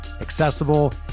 accessible